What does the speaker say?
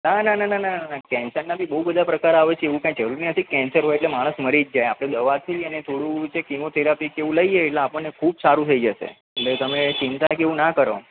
ના ના ના ના ના ના ના કેન્સરના બી બહુ બધા પ્રકાર આવે છે એવું કાંઈ જરૂરી નથી કે કેન્સર હોય એટલે માણસ મરી જ જાય આપણે દવાથી અને થોડું કે કીમો થેરાપી કે એવું લઈએ એટલે આપણને ખૂબ સારું થઇ જશે એટલે તમે ચિંતા જેવું ના કરો